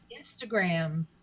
Instagram